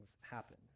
happen